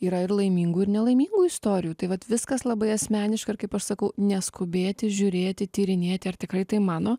yra ir laimingų ir nelaimingų istorijų taip vat viskas labai asmeniška ir kaip aš sakau neskubėti žiūrėti tyrinėti ar tikrai tai mano